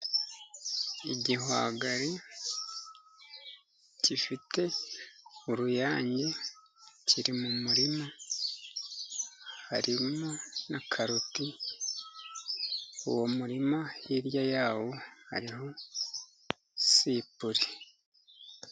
Igihwagari gifite uruyange kiri mu murima, harimo na karoti. Uwo murima hirya yawo hariho sipure.